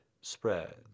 spread